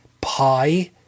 pi